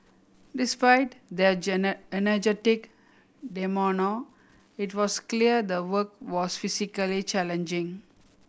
despite their energetic it was clear the work was physically challenging